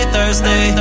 Thursday